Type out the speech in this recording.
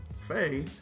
Faye